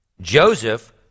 Joseph